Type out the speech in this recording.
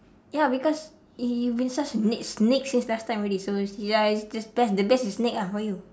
ya because you've been such a next snake since last time already so ya it's the the best is snake ah for you